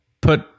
put